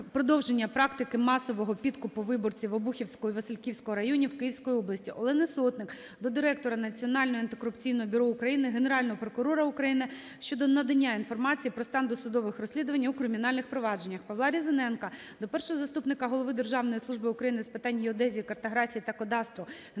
продовження практики масового підкупу виборців Обухівського і Васильківського районів Київської області. Олени Сотник до директора Національного антикорупційного бюро України, Генерального прокурора України щодо надання інформації про стан досудових розслідувань у кримінальних провадженнях. Павла Різаненка до першого заступника голови Державної служби України з питань геодезії, картографії та кадастру,